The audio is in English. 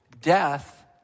death